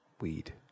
Weed